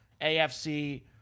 AFC